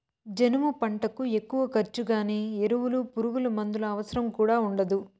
జనుము పంటకు ఎక్కువ ఖర్చు గానీ ఎరువులు పురుగుమందుల అవసరం కూడా ఉండదు